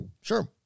Sure